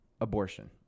abortion